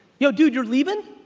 yo dude, you're leavin'?